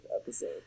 episode